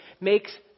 makes